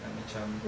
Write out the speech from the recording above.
like macam